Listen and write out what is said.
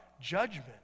Judgment